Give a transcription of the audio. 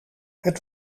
het